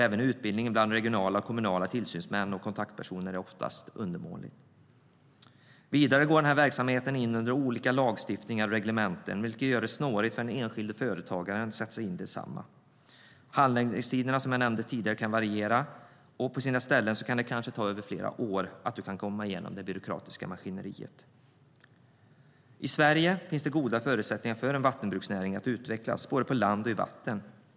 Även utbildningen bland regionala och kommunala tillsynsmän och kontaktpersoner är ofta undermålig. Vidare går denna verksamhet in under olika lagstiftningar och reglementen, vilket gör det snårigt för den enskilde företagaren att sätta sig in i desamma. Handläggningstiderna kan som jag nämnde tidigare variera, och på sina ställen kan det kanske ta flera år att komma igenom det byråkratiska maskineriet. I Sverige finns goda förutsättningar för vattenbruksnäringen att utvecklas, både på land och i vatten.